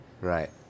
Right